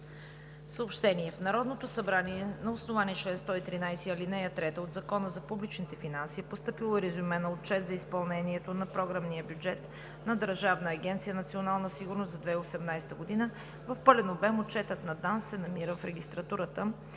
служител. В Народното събрание на основание чл. 113, ал. 3 от Закона за публичните финанси е постъпило резюме на Отчета за изпълнението на програмния бюджет на Държавна агенция „Национална сигурност“ за 2018 г. В пълен обем Отчетът на ДАНС се намира в регистратурата